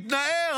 התנער,